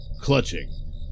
clutching